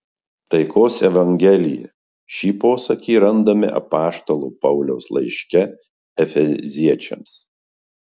taikos evangelija šį posakį randame apaštalo pauliaus laiške efeziečiams